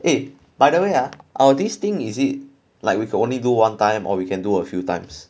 eh by the way ah our these thing is it like we got only go one time or we can do a few times